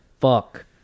fuck